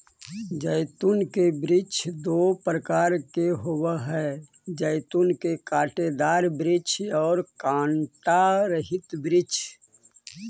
जैतून के वृक्ष दो प्रकार के होवअ हई जैतून के कांटेदार वृक्ष और कांटा रहित वृक्ष